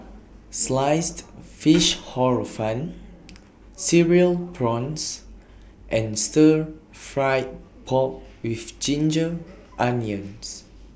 Sliced Fish Hor Fun Cereal Prawns and Stir Fried Pork with Ginger Onions